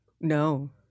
No